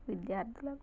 విద్యార్ధులకు